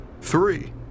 three